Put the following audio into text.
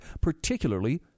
particularly